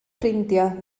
ffrindiau